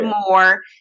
more